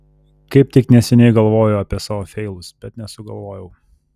kaip tik neseniai galvojau apie savo feilus bet nesugalvojau